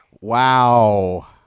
Wow